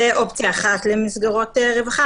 זאת אופציה אחת למסגרות רווחה.